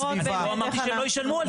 --- אני לא אמרתי שהם לא ישלמו על זה.